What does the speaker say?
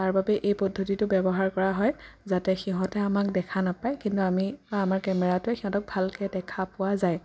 তাৰ বাবে এই পদ্ধতিটো ব্যৱহাৰ কৰা হয় যাতে সিহঁতে আমাক দেখা নাপায় কিন্তু আমি বা আমাৰ কেমেৰাটোৱে সিহঁতক ভালকৈ দেখা পোৱা যায়